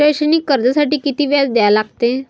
शैक्षणिक कर्जासाठी किती व्याज द्या लागते?